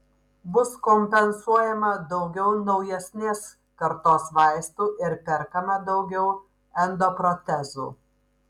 bus kompensuojama daugiau naujesnės kartos vaistų ir perkama daugiau endoprotezų